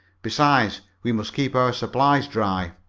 besides, we must keep our supplies dry.